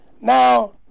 Now